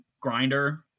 grinder